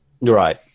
Right